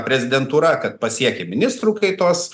prezidentūra kad pasiekė ministrų kaitos